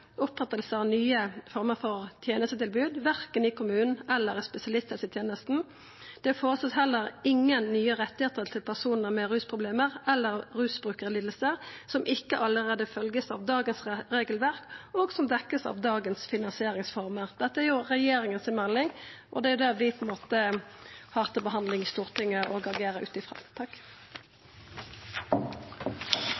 opprettelse av nye former for tjenestetilbud, verken i kommunen eller i spesialisthelsetjenesten. Det foreslås heller ingen nye rettigheter til tjenester til personer med rusproblemer eller rusbrukslidelser som ikke allerede følger av dagens regelverk og som dekkes av eksisterende finansieringsformer.» Dette er jo regjeringa si melding, og det er jo det vi har til behandling i Stortinget og agerer ut